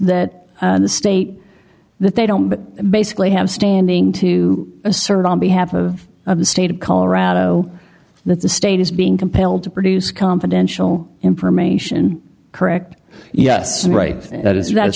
that the state that they don't but basically have standing to assert on behalf of the state of colorado that the state is being compelled to produce confidential information correct yes right that